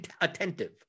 attentive